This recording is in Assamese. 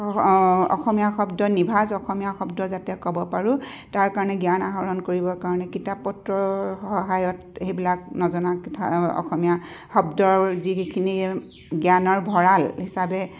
অসমীয়া শব্দ নিভাঁজ অসমীয়া শব্দ যাতে ক'ব পাৰোঁ তাৰ কাৰণে জ্ঞান আহৰণ কৰিবৰ কাৰণে কিতাপপত্ৰৰ সহায়ত সেইবিলাক নজনা কথা অসমীয়া শব্দৰ যিখিনি জ্ঞানৰ ভঁৰাল হিচাপে